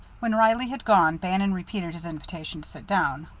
when reilly had gone bannon repeated his invitation to sit down.